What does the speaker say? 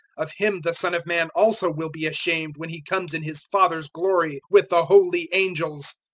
of him the son of man also will be ashamed when he comes in his father's glory with the holy angels.